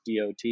DOT